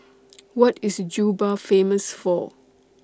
What IS Juba Famous For